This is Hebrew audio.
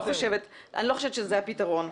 אני לא חושבת שזה הפתרון.